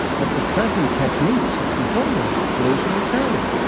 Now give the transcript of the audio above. that the present techniques of controlling pollution are terrible.